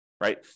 right